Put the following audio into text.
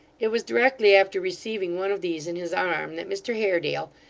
it was directly after receiving one of these in his arm, that mr haredale,